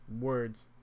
words